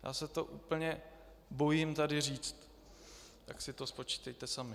Já se to úplně bojím tady říci, tak si to spočítejte sami.